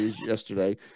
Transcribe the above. yesterday